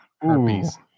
Herpes